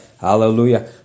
Hallelujah